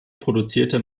produzierte